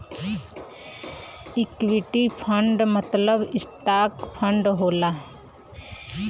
equity fund मतलब stock fund होला